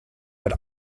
but